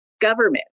Government